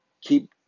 keep